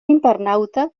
internauta